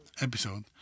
episode